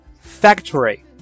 Factory